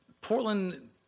Portland